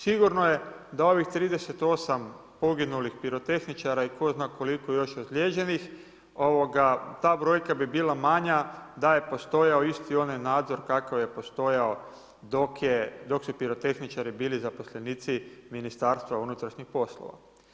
Sigurno je da ovih 38 poginulih pirotehničara i tko zna koliko još ozlijeđenih ta brojka bi bila manja da je postojao isti onaj nadzor kakav je postojao dok je, dok su pirotehničari bili zaposlenici Ministarstva unutrašnjih poslova.